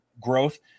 Growth